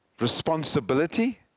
responsibility